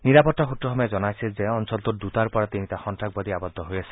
নিৰাপত্তা সূত্ৰসমূহে জনাইছে যে অঞ্চলেটাত দুটাৰ পৰা তিনিটা সন্তাসবাদী আৱদ্ধ হৈ আছে